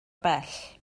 bell